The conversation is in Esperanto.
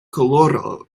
koloro